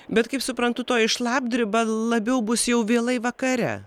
bet kaip suprantu toji šlapdriba labiau bus jau vėlai vakare